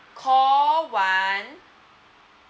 call one